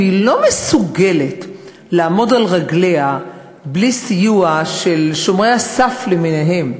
והיא לא מסוגלת לעמוד על רגליה בלי סיוע של שומרי הסף למיניהם.